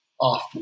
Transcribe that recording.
off